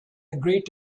agreed